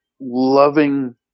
loving